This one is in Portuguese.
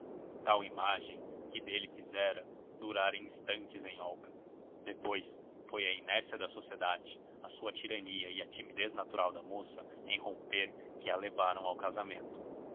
tal imagem que dele fizera durara instantes em olga depois foi a inércia da sociedade a sua tirania e a timidez natural da moça em romper que a levaram ao casamento